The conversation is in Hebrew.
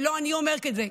ולא רק אני אומרת את זה.